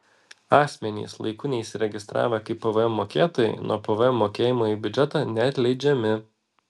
asmenys laiku neįsiregistravę kaip pvm mokėtojai nuo pvm mokėjimo į biudžetą neatleidžiami